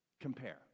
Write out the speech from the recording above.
compare